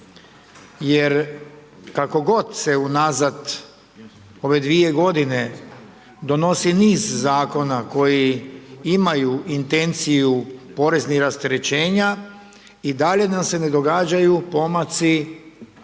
Jer kako god se unazad ove dvije godine donosi niz zakona koji imaju intenciju poreznih rasterećenja i dalje nam se ne događaju pomaci kod